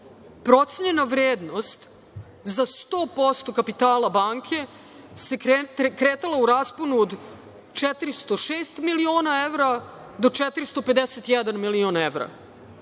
Procenjena vrednost za 100% kapitala banke se kretala u rasponu od 406 miliona evra do 451 milion evra,